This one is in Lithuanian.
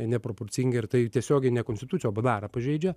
neproporcinga ir tai tiesiogiai ne konstituciją o bdarą pažeidžia